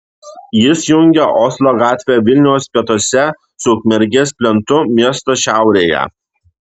jis jungia oslo gatvę vilniaus pietuose su ukmergės plentu miesto šiaurėje